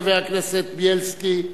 חבר הכנסת בילסקי.